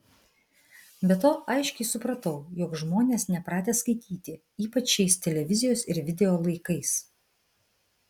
be to aiškiai supratau jog žmonės nepratę skaityti ypač šiais televizijos ir video laikais